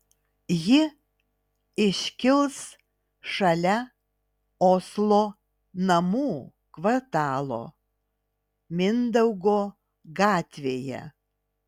ji iškils šalia oslo namų kvartalo mindaugo gatvėje